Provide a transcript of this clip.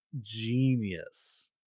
genius